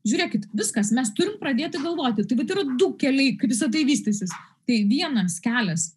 žiūrėkit viskas mes turim pradėti galvoti tai vat yra du keliai kaip visa tai vystysis tai vienas kelias